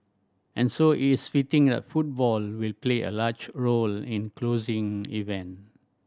and so it is fitting that football will play a large role in closing event